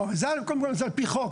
זה על פי חוק.